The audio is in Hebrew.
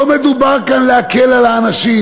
לא מדובר כאן להקל על האנשים.